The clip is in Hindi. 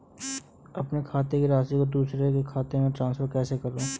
अपने खाते की राशि को दूसरे के खाते में ट्रांसफर कैसे करूँ?